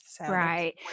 Right